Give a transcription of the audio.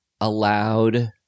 allowed